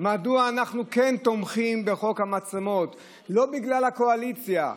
מדוע אנחנו כן תומכים בחוק המצלמות: לא בגלל הקואליציה,